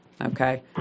okay